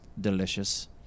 delicious